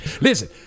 listen